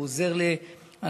הוא עוזר לאנשים,